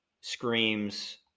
screams